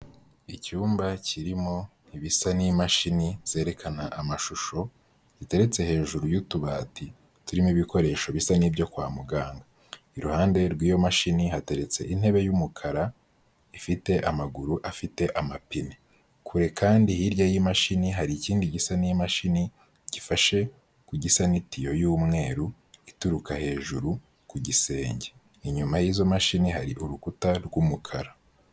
Icyumba kirimo ibisa n'imashini zerekana amashusho, ziteretse hejuru y'utubati turimo ibikoresho bisa n'ibyo kwa muganga, iruhande rw'iyo mashini hateretse intebe y'umukara, ifite amaguru afite amapine, kure kandi hirya y'imashini hari ikindi gisa n'imashini gifashe ku gisa n'itiyo y'umweru ituruka hejuru ku gisenge, inyuma y'izo mashini hari urukuta rw'umukara.